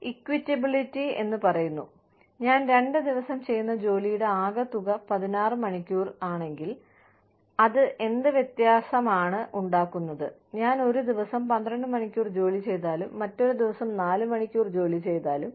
equitability പറയുന്നു ഞാൻ രണ്ട് ദിവസം ചെയ്യുന്ന ജോലിയുടെ ആകെ തുക 16 മണിക്കൂർ ആണെങ്കിൽ അത് എന്ത് വ്യത്യാസമാണ് ഉണ്ടാക്കുന്നത് ഞാൻ ഒരു ദിവസം 12 മണിക്കൂർ ജോലി ചെയ്താലും മറ്റൊരു ദിവസം നാല് മണിക്കൂർ ജോലി ചെയ്താലും